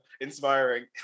inspiring